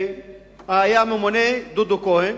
היה ממונה דודו כהן,